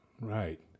Right